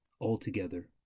altogether